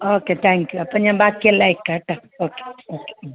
okay thank you അപ്പോൾ ഞാൻ ബാക്കി എല്ലാം അയക്കാട്ടാ ഓക്കേ ഓക്കേ